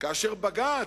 כאשר בג"ץ,